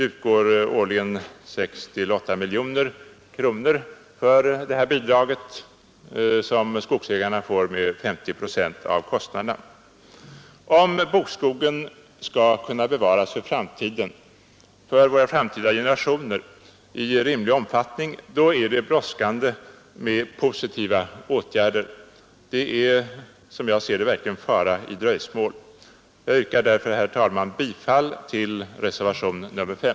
Det utgår årligen 6—8 miljoner kronor för det här bidraget som skogsägarna får med 50 procent av kostnaderna. Om bokskogen skall kunna bevaras för våra framtida generationer i rimlig omfattning, är det brådskande med positiva åtgärder. Det är, som jag ser det, verkligen fara i dröjsmål. Jag yrkar därför, herr talman, bifall till reservationen 5.